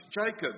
Jacob